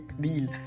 deal